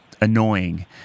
annoying